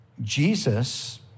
Jesus